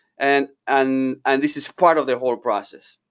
and and and this is part of the whole process.